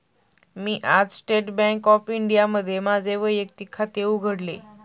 मी आज state bank of इंडियामध्ये माझे वैयक्तिक खाते उघडले